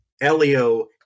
Elio